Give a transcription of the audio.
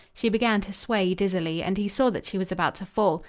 she began to sway dizzily and he saw that she was about to fall.